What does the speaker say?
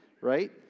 right